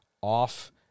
off